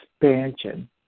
expansion